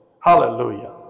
Hallelujah